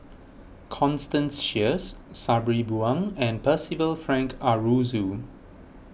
Constance Sheares Sabri Buang and Percival Frank Aroozoo